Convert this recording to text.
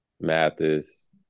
Mathis